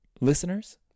Listeners